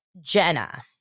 Jenna